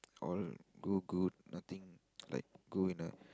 all good good nothing like going uh